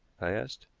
i asked.